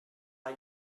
par